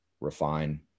refine